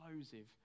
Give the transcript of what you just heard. explosive